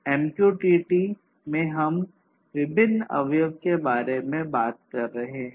MQTT में हम विभिन्न अवयव के बारे में बात कर रहे हैं